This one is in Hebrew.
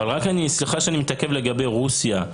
סליחה שאני מתעכב לגבי רוסיה,